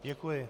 Děkuji.